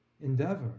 endeavor